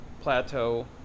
plateau